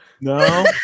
no